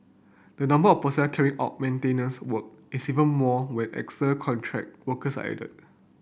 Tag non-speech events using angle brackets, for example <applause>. the number of personnel carrying out maintenance work is even more when <unintelligible> contract workers are added